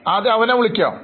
ആദ്യം അവനെ വിളിക്കാം